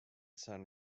san